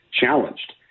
challenged